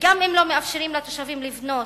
וגם אם לא מאפשרים לתושבים לבנות,